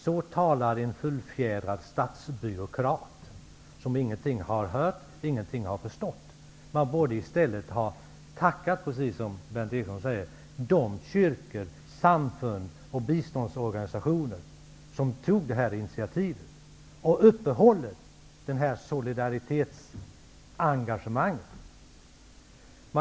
Så talar en fullfjädrad statsbyråkrat som ingenting har hört och ingenting har förstått. Man borde i stället ha tackat -- precis som Berndt Ekholm säger -- de kyrkor, samfund och biståndsorganisationer som tog det här initiativet och uppehåller det här solidaritetsengagemanget.